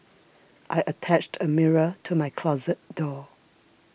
I attached a mirror to my closet door